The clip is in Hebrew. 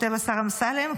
כותב השר אמסלם,